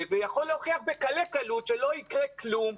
ויכול להוכיח בקלי קלות שלא יקרה כלום,